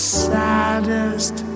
saddest